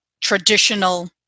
traditional